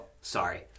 sorry